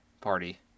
party